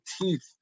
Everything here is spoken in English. teeth